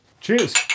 Cheers